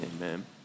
Amen